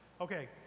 Okay